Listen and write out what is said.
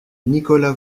nicolas